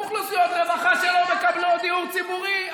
אוכלוסיות רווחה שלא מקבלות דיור ציבורי.